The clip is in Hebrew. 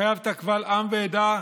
התחייבת קבל עם ועדה,